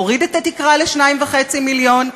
הוריד את התקרה ל-2.5 מיליון,